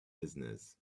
business